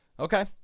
okay